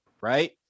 right